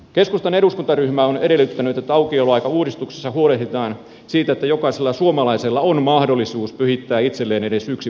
keskustan eduskuntaryhmä on edellyttänyt että aukioloaikauudistuksessa huolehditaan siitä että jokaisella suomalaisella on mahdollisuus pyhittää itselleen edes yksi vapaapäivä viikossa